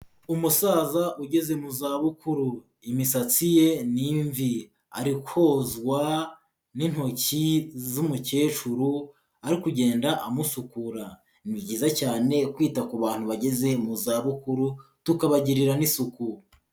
Umusaza ugeze mu zabukuru imisatsi ye ni imvi, ari kozwa n'intoki z'umukecuru ari kugenda amusukura, ni byiza cyane kwita ku bantu bageze mu zabukuru tukabagirira n'isuku.